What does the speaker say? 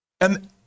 And-